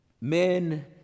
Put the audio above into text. men